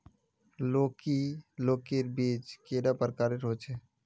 लौकी लौकीर बीज कैडा प्रकारेर होचे?